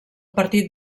partit